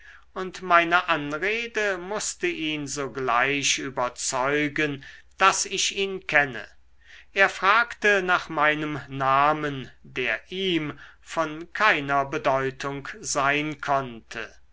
und meine anrede mußte ihn sogleich überzeugen daß ich ihn kenne er fragte nach meinem namen der ihm von keiner bedeutung sein konnte